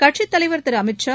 கட்சித்தலைவர் திரு அமித்ஷா